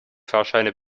fahrscheine